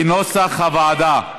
כנוסח הוועדה.